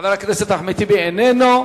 חבר הכנסת אחמד טיבי איננו.